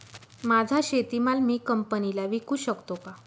माझा शेतीमाल मी कंपनीला विकू शकतो का?